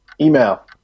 Email